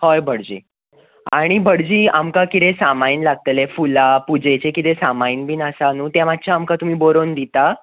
होय भटजी आनी भटजी आमकां कितें सामान लागतले फुलां पुजेचे कितेंय सामान बी आसा न्हू तें मात्शे तुमी आमकां बरोवन दिता